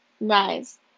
Rise